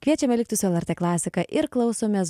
kviečiame likti lrt klasika ir klausomės